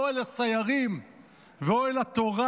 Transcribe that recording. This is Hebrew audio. אוהל הסיירים ואוהל התורה.